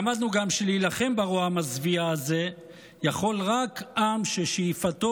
למדנו גם שלהילחם ברוע המזוויע הזה יכול רק עם ששאיפתו